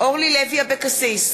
אורלי לוי אבקסיס,